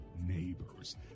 Neighbors